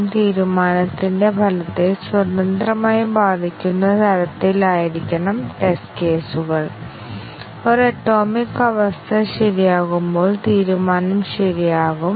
അതേസമയം 100 ശതമാനം MCDC coverage നേടുന്നതിന് ആവശ്യമായ ടെസ്റ്റ് കേസുകളുടെ എണ്ണം കുറയ്ക്കാൻ ഞങ്ങൾ ശ്രമിക്കും